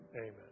Amen